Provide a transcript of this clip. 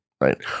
right